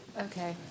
Okay